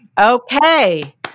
Okay